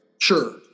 Sure